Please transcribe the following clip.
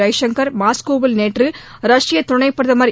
ஜெய்சங்கர் மாஸ்கோவில் நேற்று ரஷ்ய துணைப் பிரதமர் திரு